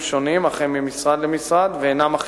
שונים אף הם ממשרד למשרד ואינם אחידים.